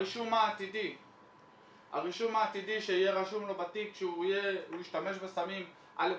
הרישום העתידי שיהיה רשום לו בתיק שהוא השתמש בסמים א',